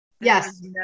Yes